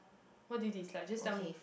what do you dislike just tell me